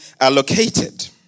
allocated